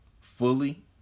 fully